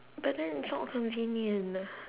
but then it's not convenient